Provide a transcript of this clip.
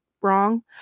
wrong